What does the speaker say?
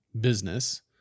business